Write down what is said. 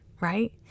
right